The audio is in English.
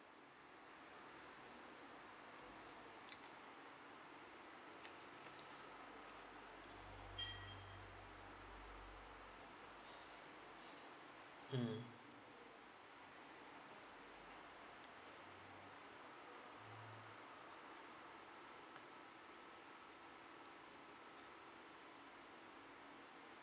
mm